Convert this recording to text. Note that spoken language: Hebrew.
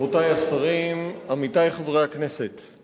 רבותי השרים, עמיתי חברי הכנסת,